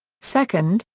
second,